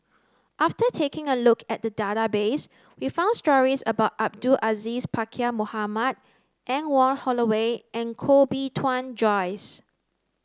after taking a look at the database we found stories about Abdul Aziz Pakkeer Mohamed Anne Wong Holloway and Koh Bee Tuan Joyce